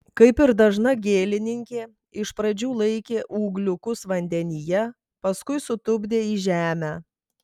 kaip ir dažna gėlininkė iš pradžių laikė ūgliukus vandenyje paskui sutupdė į žemę